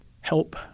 help